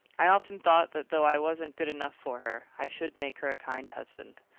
i often thought that though i wasn't good enough for her, i should make her a kind husband,